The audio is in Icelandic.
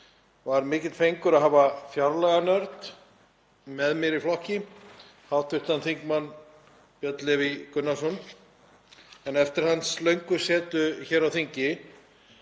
var mikill fengur að hafa fjárlaganörd með mér í flokki, hv. þm. Björn Leví Gunnarsson, en eftir hans löngu setu hér á þingi,